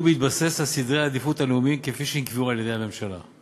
בהתבסס על סדרי העדיפות הלאומיים כפי שנקבעו על-ידי הממשלה,